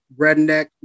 redneck